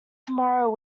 tomorrow